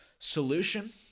Solution